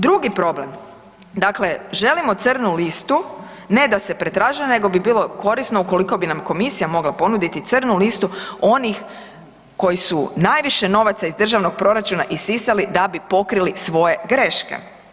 Drugi problem, dakle želimo crnu listu, ne da se pretražuje nego bi bilo korisno ukoliko bi nam komisija mogla ponuditi crnu listu onih koji su najviše novaca iz državnog proračuna isisali da bi pokrili svoje greške.